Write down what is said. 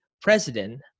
president